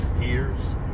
hears